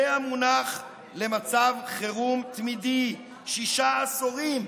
זה המונח למצב חירום תמידי, שישה עשורים,